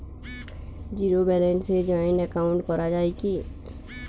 Zero ব্যালেন্সে joint account করা য়ায় কি?